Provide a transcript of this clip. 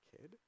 kid